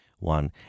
One